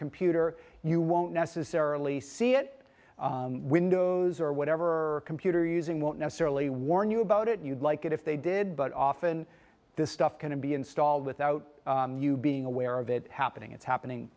computer you won't necessarily see it windows or whatever computer using won't necessarily warn you about it you'd like it if they did but often this stuff going to be installed without you being aware of it happening it's happening